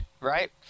right